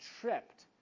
tripped